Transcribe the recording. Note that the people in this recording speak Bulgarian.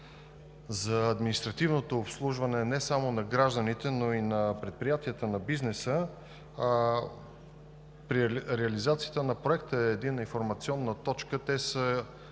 за административното обслужване не само на гражданите, но и на предприятията, и на бизнеса. При реализацията на Проекта Единна информационна точка те са